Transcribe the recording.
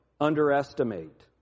underestimate